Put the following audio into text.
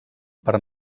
per